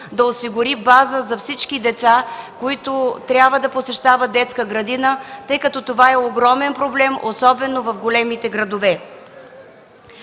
да осигури база за всички деца, които трябва да посещават детска градина, тъй като това е огромен проблем, особено в големите градове.